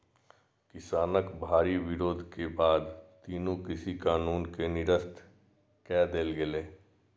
किसानक भारी विरोध के बाद तीनू कृषि कानून कें निरस्त कए देल गेलै